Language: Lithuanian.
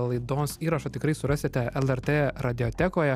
laidos įrašą tikrai surasite lrt radiotekoje